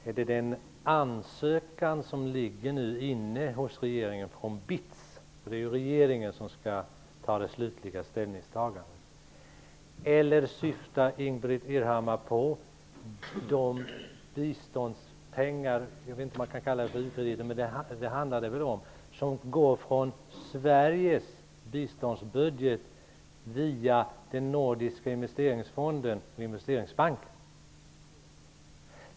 Är det den ansökan som nu ligger inne hos regeringen från BITS? Det är ju regeringen som skall göra det slutliga ställningstagandet. Eller syftar Ingbritt Irhammar på de biståndspengar, eller vad man skall kalla dem, som går från Sveriges biståndsbudget via Nordiska investeringsbanken?